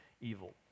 evil